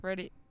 Ready